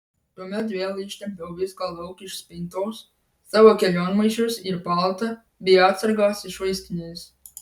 tuomet vėl ištempiau viską lauk iš spintos savo kelionmaišius ir paltą bei atsargas iš vaistinės